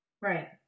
right